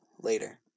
later